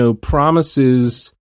promises